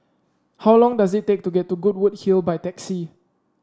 how long does it take to get to Goodwood Hill by taxi